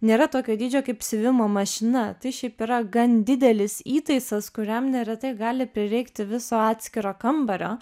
nėra tokio dydžio kaip siuvimo mašina tai šiaip yra gan didelis įtaisas kuriam neretai gali prireikti viso atskiro kambario